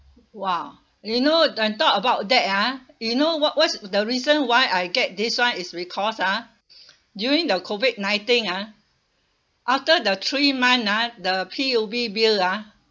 !wah! you know and talk about that ah you know what was the reason why I get this [one] is because ah during the COVID nineteen ah after the three month ah the P_U_B bill ah